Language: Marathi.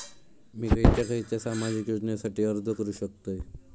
मी खयच्या खयच्या सामाजिक योजनेसाठी अर्ज करू शकतय?